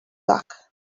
luck